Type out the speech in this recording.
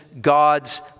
God's